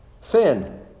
Sin